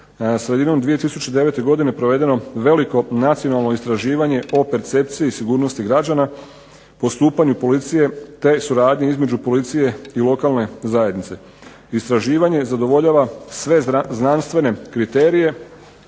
sredinom 2009. godine provedeno veliko nacionalno istraživanje o percepciji sigurnosti građana, postupanju policije, te suradnje između policije i lokalne zajednice. Istraživanje zadovoljava sve znanstvene kriterije